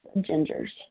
Ginger's